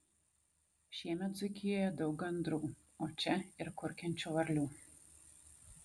šiemet dzūkijoje daug gandrų o čia ir kurkiančių varlių